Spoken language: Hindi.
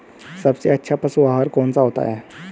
सबसे अच्छा पशु आहार कौन सा होता है?